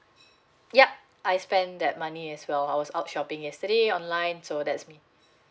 yup I spent that money as well I was out shopping yesterday online so that's me